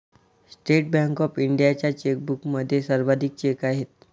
state bank of इंडियाच्या चेकबुकमध्ये सर्वाधिक चेक आहेत